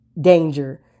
danger